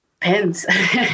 Depends